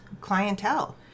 clientele